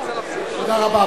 תודה רבה.